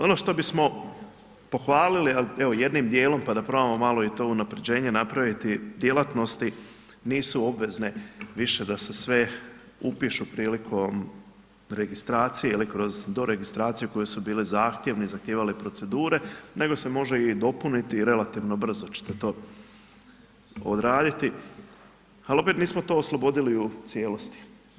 Ono što bismo pohvalili evo jednim djelom pa da probamo malo i to unaprjeđenje napraviti, djelatnosti nisu obvezne više da se sve upišu prilikom registracije ili kroz doregistraciju koje su bile zahtjevne, zahtijevale procedure nego se može i dopuniti, relativno brzo ćete to odraditi ali opet nismo to oslobodili u cijelosti.